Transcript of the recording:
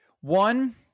One